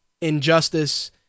injustice